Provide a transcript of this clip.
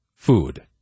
Food